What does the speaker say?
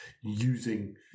using